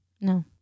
No